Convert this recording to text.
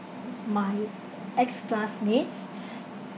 my ex-classmates